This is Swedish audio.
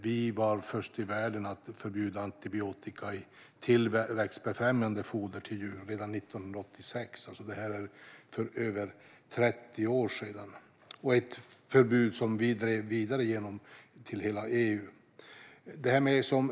Vi var först i världen med att förbjuda antibiotika i tillväxtbefrämjande foder till djur redan 1986, alltså för över 30 år sedan. Det var ett förbud som vi drev vidare till hela EU.